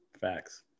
Facts